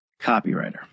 copywriter